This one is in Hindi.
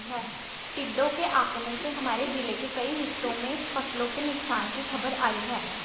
टिड्डों के आक्रमण से हमारे जिले के कई हिस्सों में फसलों के नुकसान की खबर आई है